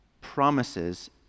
promises